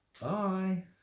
Bye